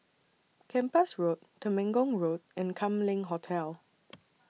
Kempas Road Temenggong Road and Kam Leng Hotel